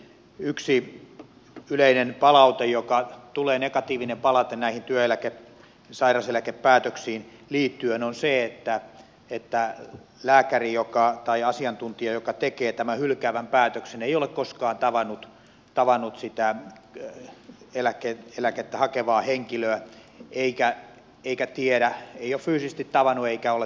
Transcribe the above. yksi yleinen negatiivinen palaute jota tulee näihin työeläke ja sairauseläkepäätöksiin liittyen on se että asiantuntija joka tekee tämän hylkäävän päätöksen ei ole koskaan fyysisesti tavannut eikä ole tutkinut eikä tiedä sitä eläkettä hakevaa henkilöä eikä vikatiellä jo fyysisesti tavannu eikä ole